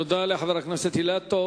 תודה לחבר הכנסת אילטוב.